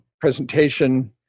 presentation